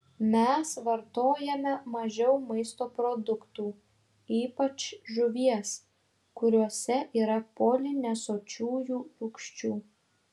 mes vartojame mažiau maisto produktų ypač žuvies kuriuose yra polinesočiųjų rūgščių